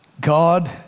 God